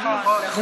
נכון.